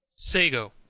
sago.